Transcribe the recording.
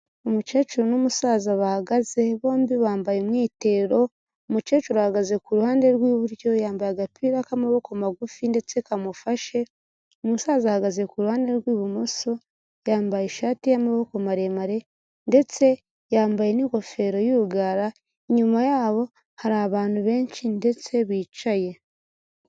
Umukecuru n'umusaza bahagaze bombi bambaye umwitero, umukecuru ahagaze ku ruhande rw'iburyo yambaye agapira k'amaboko magufi ndetse kamufashe, umusaza ahagaze ku ruhande rw'ibumoso, yambaye ishati y'amaboko maremare ndetse yambaye n'ingofero y'urugara, inyuma yabo hari abantu benshi ndetse bicaye.